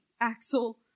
Axel